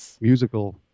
musical